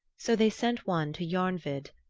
so they sent one to jarnvid,